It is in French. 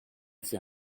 fait